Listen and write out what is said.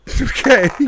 Okay